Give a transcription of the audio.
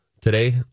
Today